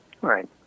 Right